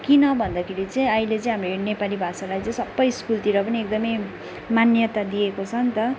किन भन्दाखेरि चाहिँ अहिले चाहिँ हामीले नेपाली भाषालाई चाहिँ सबै स्कुलतिर पनि एकदमै मान्यता दिएको छ नि त